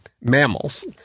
mammals